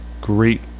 great